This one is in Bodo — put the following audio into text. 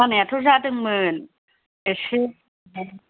जानायाथ' जादोंमोन एसे